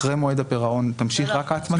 אחרי מועד הפירעון תמשיך רק ההצמדה?